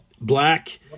black